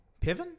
Piven